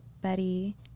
Betty